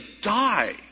die